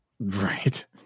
Right